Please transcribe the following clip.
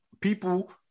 people